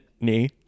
knee